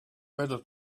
better